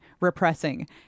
repressing